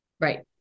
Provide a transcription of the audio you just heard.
Right